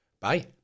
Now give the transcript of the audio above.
bye